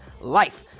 life